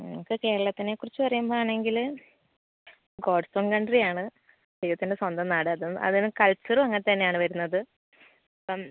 നമുക്ക് കേരളത്തിനെ കുറിച്ച് പറയുമ്പോൾ ആണെങ്കിൽ ഗോഡ്സ് ഓൺ കൺട്രി ആണ് ദൈവത്തിൻ്റെ സ്വന്തം നാട് അതും അതായത് കൾച്ചറും അങ്ങനതന്നെയാണ് വരുന്നത് അപ്പം